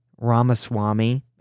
Ramaswamy